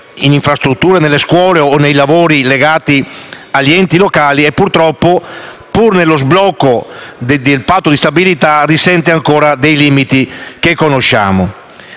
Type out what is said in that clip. - per esempio - o nei lavori legati agli enti locali - ma purtroppo, pur nello sblocco del Patto di stabilità, risente ancora dei limiti che conosciamo.